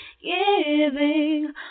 Giving